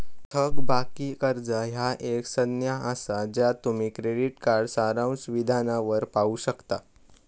थकबाकी कर्जा ह्या एक संज्ञा असा ज्या तुम्ही क्रेडिट कार्ड सारांश विधानावर पाहू शकता